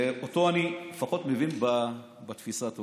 ואותו אני לפחות מבין, את תפיסת העולם.